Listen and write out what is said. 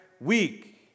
week